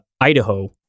Idaho